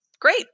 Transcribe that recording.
great